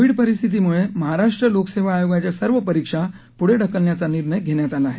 Covid परिस्थितीमुळे महाराष्ट्र लोकसेवा आयोगाच्या सर्व परीक्षा पुढे ढकलण्याचा निर्णय घेण्यात आला आहे